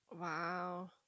Wow